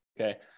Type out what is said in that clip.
okay